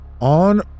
on